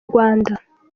rwanda